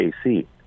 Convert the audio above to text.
AC